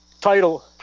title